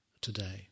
today